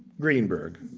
greenberg